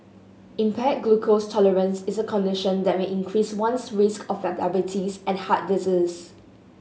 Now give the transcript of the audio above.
impaired glucose tolerance is a condition that may increase one's risk of diabetes and heart disease